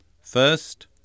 First